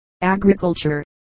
agriculture